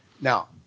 Now